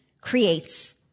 creates